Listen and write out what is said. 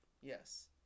Yes